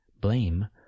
blame